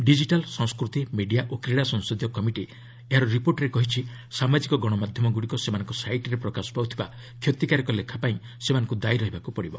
digital ସଂସ୍କୃତି media ଓ କ୍ରୀଡ଼ା ସଂସଦୀୟ କମିଟି ତା'ର ରିପୋର୍ଟରେ କହିଛି ସାମାଜିକ ଗଣମାଧ୍ୟମଗୁଡ଼ିକ ସେମାନଙ୍କ ସାଇଟ୍ରେ ପ୍ରକାଶ ପାଉଥିବା କ୍ଷତିକାରକ ଲେଖାପାଇଁ ସେମାନଙ୍କୁ ଦାୟି ରହିବାକୁ ପଡ଼ିବ